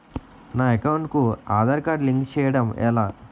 నా అకౌంట్ కు Aadhaar card link చేయడం ఎలా?